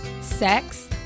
sex